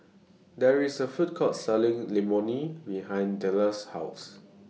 There IS A Food Court Selling Imoni behind Dellar's House